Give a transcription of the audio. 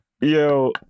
yo